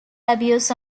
abuse